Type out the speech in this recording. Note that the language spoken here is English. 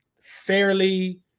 fairly